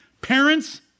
Parents